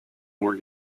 more